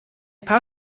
paar